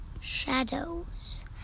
shadows